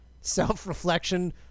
self-reflection